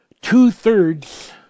two-thirds